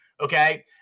Okay